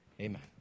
Amen